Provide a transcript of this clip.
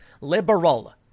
liberal